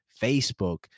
Facebook